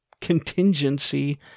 contingency